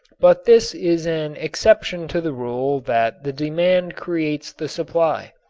but this is an exception to the rule that the demand creates the supply.